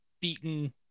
beaten